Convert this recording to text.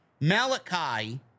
Malachi